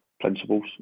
principles